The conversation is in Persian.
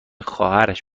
خواهرش